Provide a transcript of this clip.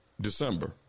December